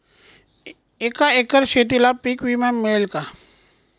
एका एकर शेतीला पीक विमा मिळेल का?